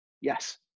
Yes